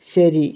ശരി